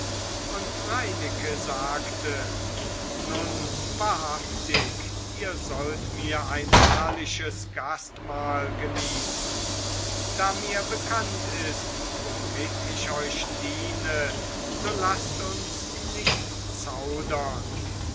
und reineke sagte nun wahrhaftig ihr sollt mir ein herrliches gastmahl genießen da mir bekannt ist womit ich euch diene so laßt uns nicht zaudern